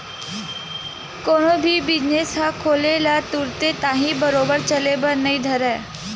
कोनो भी बिजनेस ह खोले ले तुरते ताही बरोबर चले बर नइ धरय